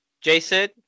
Jason